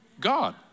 God